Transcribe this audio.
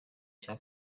cya